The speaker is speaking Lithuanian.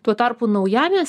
tuo tarpu naujamies